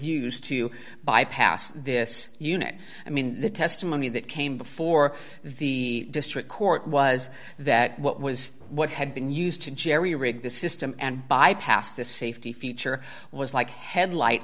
used to bypass this unit i mean the testimony that came before the district court was that what was what had been used to jerry rig the system and bypass the safety feature was like headlight